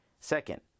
second